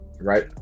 right